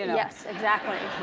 yes. exactly.